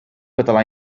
català